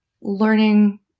learning